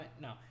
no